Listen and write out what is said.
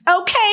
Okay